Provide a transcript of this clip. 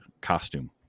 costume